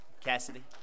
Cassidy